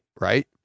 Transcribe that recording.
right